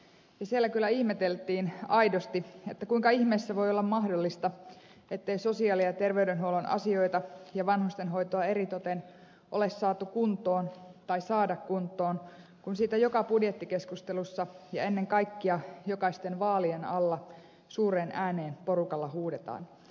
siellä kyllä ihmeteltiin aidosti kuinka ihmeessä voi olla mahdollista ettei sosiaali ja terveydenhuollon asioita ja vanhustenhoitoa eritoten ole saatu kuntoon tai saada kuntoon kun siitä joka budjettikeskustelussa ja ennen kaikkea jokaisten vaalien alla suureen ääneen porukalla huudetaan